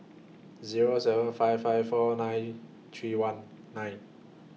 Zero seven five five four nine three one nine